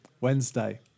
Wednesday